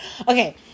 okay